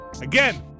again